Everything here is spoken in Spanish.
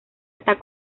está